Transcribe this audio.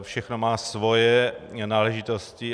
Všechno má svoje náležitosti.